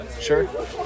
Sure